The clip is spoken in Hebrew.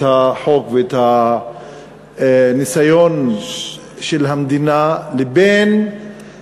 החוק ואת הניסיון של המדינה לנשל את הבדואים מאדמתם,